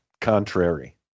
contrary